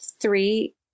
three